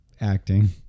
acting